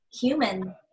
human